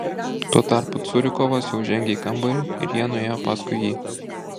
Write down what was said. tuo tarpu curikovas jau žengė į kambarį ir jie nuėjo paskui jį